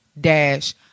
dash